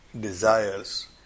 desires